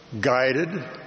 guided